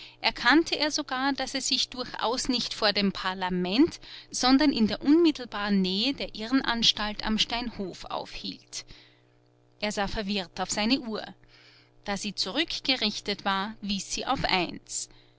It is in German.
erkannte er sogar daß er sich durchaus nicht vor dem parlament sondern in der unmittelbaren nähe der irrenanstalt am steinhof aufhielt er sah verwirrt auf seine uhr da sie zurückgerichtet war wies sie auf eins